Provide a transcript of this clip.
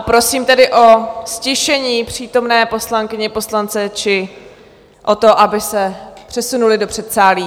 Prosím tedy o ztišení přítomné poslankyně, poslance, či o to, aby se přesunuli do předsálí.